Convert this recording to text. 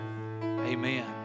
amen